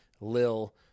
Lil